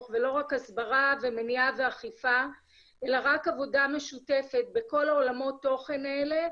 ולא רק הסברה ומניעה ואכיפה אלא רק עבודה משותפת בכל עולמות התוכן האלה,